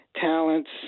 talents